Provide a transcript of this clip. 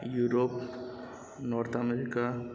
Europe north America